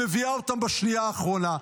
מביאה אותם בשנייה האחרונה.